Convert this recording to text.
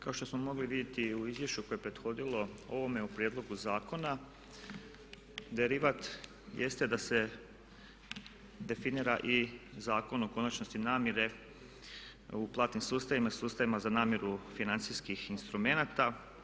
Kao što smo mogli vidjeti u izvješću koje je prethodilo ovome u prijedlogu zakona derivat jeste da se definira i Zakon o konačnosti namire u platnim sustavima, sustavima za namiru financijskih instrumenata.